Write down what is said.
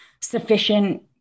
sufficient